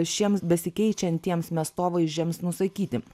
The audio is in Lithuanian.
šiems besikeičiantiems miestovaizdžiams nusakyti